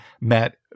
Matt